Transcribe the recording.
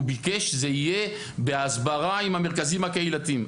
הוא ביקש שזה יהיה בהסברה עם המרכזים הקהילתיים.